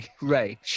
Ray